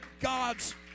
God's